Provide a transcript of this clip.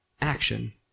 action